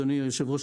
היושב-ראש,